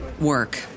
work